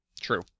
True